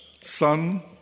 Son